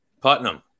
Putnam